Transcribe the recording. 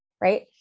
Right